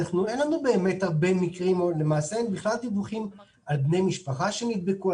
אין לנו הרבה מקרים למעשה אין בכלל דיווחים על בני משפחה שנדבקו,